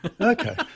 Okay